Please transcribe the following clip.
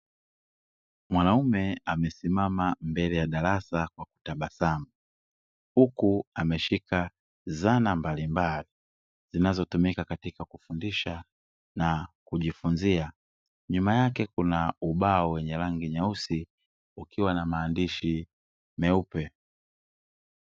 Mwanaume amesimama mbele ya darasa kwa kutabasamu huku ameshika zana mbalimbali zinazotumika katika kufundisha na kujifunzia nyuma yake kuna ubao wenye rangi nyeusi ukiwa na maandishi meupe.